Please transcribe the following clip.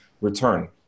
return